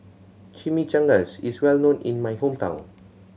chimichangas is well known in my hometown